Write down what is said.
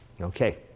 Okay